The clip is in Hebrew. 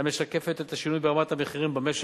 המשקפת את השינוי ברמת המחירים במשק,